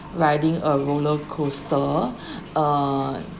riding a roller coaster uh